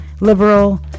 liberal